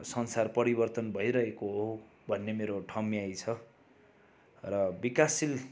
संसार परिवर्तन भइरहेको भन्ने मेरो ठम्याइ छ र विकासशील